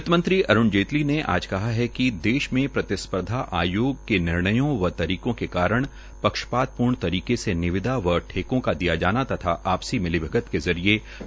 वित्तमंत्री अरूण जेतली ने आज कहा है कि देश में प्रतिस्पर्धा आयोग के निर्णयों व तारीखो के कारण पक्षपात पूर्ण तरीके से निविदा व ठेकों का दिया जाना तथा आपसी मिली भगत के जरिये व्यापार करने पर रोक लगा है